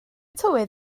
tywydd